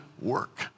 work